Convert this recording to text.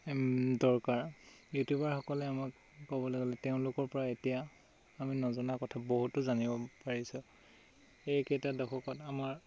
দৰকাৰ ইউটিউবাৰসকলে আমাক ক'বলৈ গ'লে তেওঁলোকৰ পৰা এতিয়া আমি নজনা কথা বহুতো জানিব পাৰিছোঁ এইকেইটা দশকত আমাৰ